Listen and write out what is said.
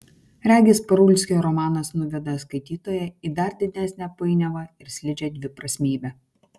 regis parulskio romanas nuveda skaitytoją į dar didesnę painiavą ir slidžią dviprasmybę